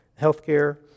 healthcare